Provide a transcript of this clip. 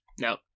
no